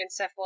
encephalopathy